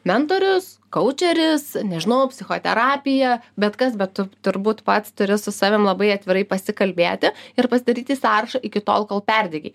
mentorius kaudžeris nežinau psichoterapija bet kas bet tu turbūt pats turi su savim labai atvirai pasikalbėti ir pasidaryti sąrašą iki tol kol perdegei